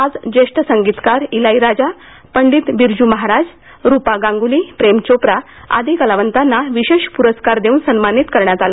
आज ज्येष्ठ संगीतकार इलाईराजा पंडित बिरजू महाराज रूपा गांग्ली प्रेमचोप्रा आदी कलावंतांना विशेष प्रस्कार देऊन सन्मानित करण्यात आलं